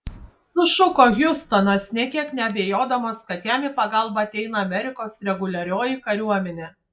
sušuko hiustonas nė kiek neabejodamas kad jam į pagalbą ateina amerikos reguliarioji kariuomenė